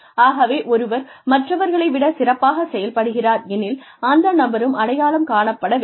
ஆகவே ஒருவர் மற்றவர்களை விடச் சிறப்பாகச் செயல்படுகிறார் எனில் அந்த நபரும் அடையாளம் காணப்பட வேண்டும்